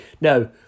No